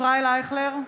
(קוראת בשמות חברי הכנסת) ישראל אייכלר,